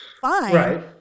fine